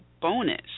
bonus